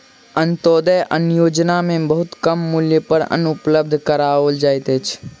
अन्त्योदय अन्न योजना में बहुत कम मूल्य पर अन्न उपलब्ध कराओल जाइत अछि